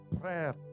prayer